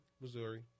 Missouri